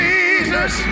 Jesus